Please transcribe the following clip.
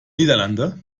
niederlande